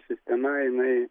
sistema jinai